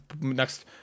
next